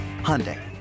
Hyundai